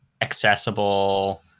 accessible